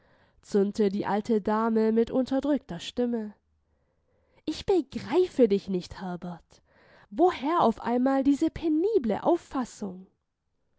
zürnte die alte dame mit unterdrückter stimme ich begreife dich nicht herbert woher auf einmal diese penible auffassung